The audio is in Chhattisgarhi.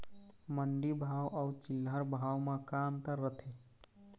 मंडी भाव अउ चिल्हर भाव म का अंतर रथे?